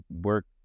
work